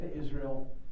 Israel